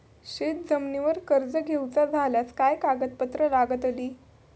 शेत जमिनीवर कर्ज घेऊचा झाल्यास काय कागदपत्र लागतली?